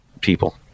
people